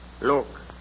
Look